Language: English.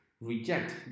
reject